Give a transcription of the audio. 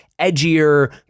edgier